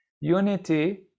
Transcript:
unity